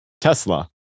Tesla